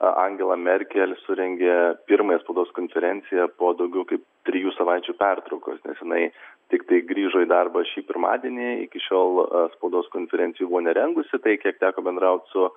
angela merkel surengė pirmąją spaudos konferenciją po daugiau kaip trijų savaičių pertraukos nes jinai tiktai grįžo į darbą šį pirmadienį iki šiol spaudos konferencijų buvo nerengusi tai kiek teko bendraut su